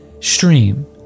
stream